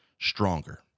stronger